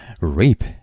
Rape